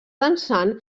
dansant